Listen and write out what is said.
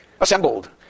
Assembled